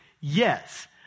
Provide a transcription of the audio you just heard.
Yes